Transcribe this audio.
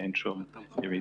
אין שום ירידה.